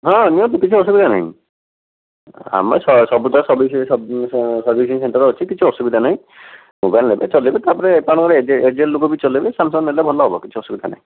ହଁ ନିଅନ୍ତୁ କିଛି ଅସୁବିଧା ନାହିଁ ଆମେ ସବୁତ ସର୍ଭିସିଂ ସେଣ୍ଟର ଅଛି କିଛି ଅସୁବିଧା ନାହିଁ ମୋବାଇଲ୍ ନେବେ ଚଲାଇବେ ତାପରେ ତା ନହେଲେ ଏଜେଣ୍ଟ ଲୋକ ବି ଚଲାଇବେ ସାମ୍ସଙ୍ଗ ନେଲେ ଭଲ ହେବ କିଛି ଅସୁବିଧା ନାହିଁ